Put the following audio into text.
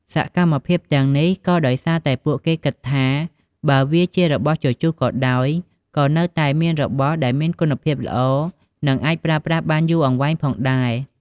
សកម្មភាពទាំងនេះក៏ដោយសារតែពួកគេគិតថា បើវាជារបស់ជជុះក៏ដោយ ក៏នៅតែមានរបស់ដែលមានគុណភាពល្អ និងអាចប្រើប្រាស់បានយូរអង្វែងផងដែរ។